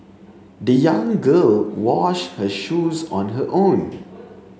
the young girl washed her shoes on her own